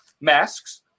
Masks